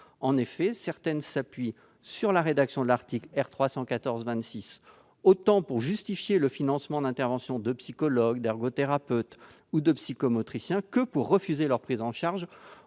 maladie. Certaines s'appuient sur la rédaction de l'article R. 314-26 pour justifier le financement d'interventions de psychologues, d'ergothérapeutes ou de psychométriciens, d'autres pour refuser leur prise en charge,